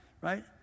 right